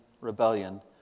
rebellion